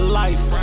life